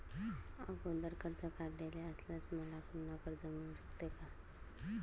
अगोदर कर्ज काढलेले असल्यास मला पुन्हा कर्ज मिळू शकते का?